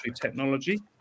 technology